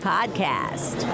Podcast